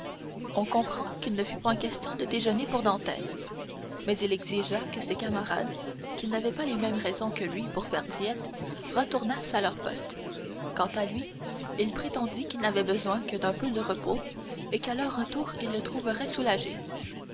on comprend qu'il ne fut point question de déjeuner pour dantès mais il exigea que ses camarades qui n'avaient pas les mêmes raisons que lui pour faire diète retournassent à leur poste quant à lui il prétendit qu'il n'avait besoin que d'un peu de repos et qu'à leur retour ils le trouveraient soulagé